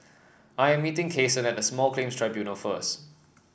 I am meeting Cason at the Small Claims Tribunals first